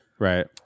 Right